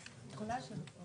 הזה,